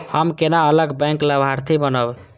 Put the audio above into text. हम केना अलग बैंक लाभार्थी बनब?